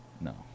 No